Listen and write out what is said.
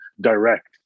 direct